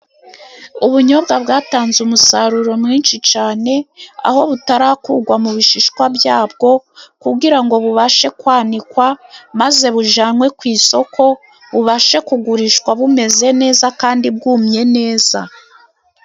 Ubunyobwa bwatanze umusaruro mwinshi cyane, aho butarakurwa mu bishishwa byabwo, kugira ngo bubashe kwanikwa maze bujyanwe ku isoko. Bubashe kugurishwa bumeze neza, kandi bwumye neza.